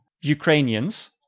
Ukrainians